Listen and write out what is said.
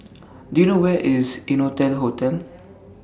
Do YOU know Where IS Innotel Hotel